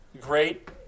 Great